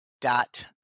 dot